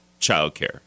childcare